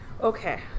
Okay